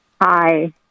hi